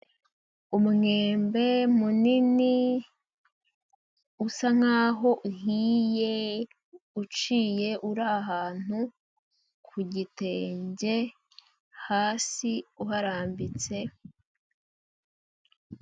Umwembe munini, usa nkaho uhiye, uciye uri ahantu ,ku gitenge hasi uharambitse.